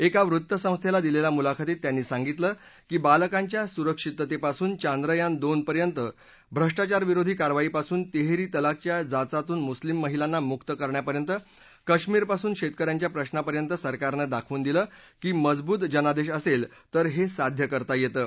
एका वृत्तसंस्थेला दिलेल्या मुलाखतीत त्यांनी सांगितलं की बालकांच्या सुरक्षिततेपासून चांद्रयान दोन पर्यंत भ्रष्टाचार विरोधी कारवाईपासून तिहेरी तलाकच्या जाचातून मुस्लिम महिलांना मुक्त करण्यापर्यंत कश्मीरपासून शेतक यांच्या प्रश्नापर्यंत सरकारनं दाखवून दिलं की मजबूत जनादेश असेल तर हे साध्य करता येतं